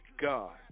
God